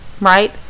right